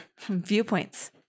viewpoints